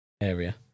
area